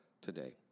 today